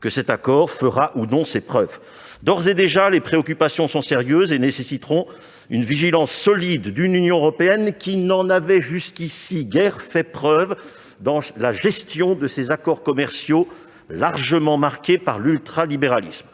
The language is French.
que cet accord fera ou non ses preuves. D'ores et déjà, les préoccupations sont sérieuses et nécessiteront une vigilance solide de l'Union européenne qui, jusqu'à présent, n'en avait guère fait preuve dans la gestion de ses accords commerciaux largement marqués par l'ultralibéralisme.